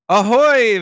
Ahoy